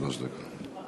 שלוש דקות.